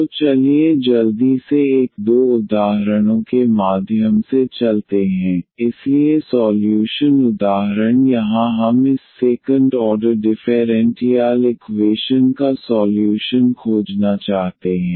तो चलिए जल्दी से एक दो उदाहरणों के माध्यम से चलते हैं इसलिए सॉल्यूशन उदाहरण यहाँ हम इस सेकंड ऑर्डर डिफेरेंटियाल इक्वेशन का सॉल्यूशन खोजना चाहते हैं